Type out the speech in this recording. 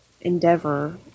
endeavor